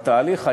בתהליך,